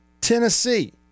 Tennessee